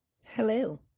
Hello